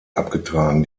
abgetragen